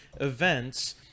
events